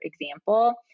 example